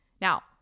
Now